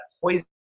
poison